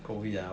COVID ah